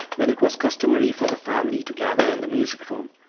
when it was customary for the family to gather in the music-room,